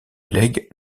legs